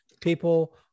people